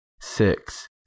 six